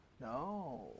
No